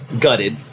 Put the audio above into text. gutted